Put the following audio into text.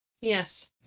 Yes